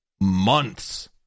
months